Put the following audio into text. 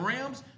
Rams